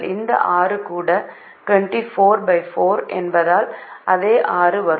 இந்த 6 கூட 244 என்பதால் அதே 6 வரும்